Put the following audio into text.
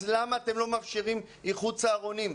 אז למה אתם לא מאפשרים איחוד צהרונים?